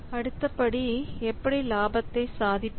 அடுத்தபடி எப்படி லாபத்தை சாதிப்பது